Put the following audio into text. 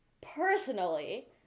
Personally